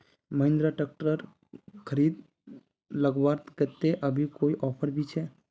Mahindra tractor खरीद लगवार केते अभी कोई ऑफर भी छे?